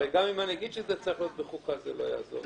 הרי גם אם אני אגיד שאני רוצה שזה יהיה בוועדת החוקה זה לא יעזור לי.